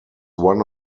one